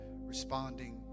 responding